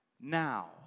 now